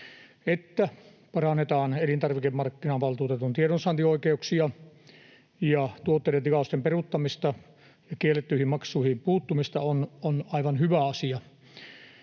että parannetaan elintarvikemarkkinavaltuutetun tiedonsaantioikeuksia ja tuotteiden tilausten peruuttamista ja kiellettyihin maksuihin puuttumista, on aivan hyvä asia,